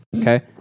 Okay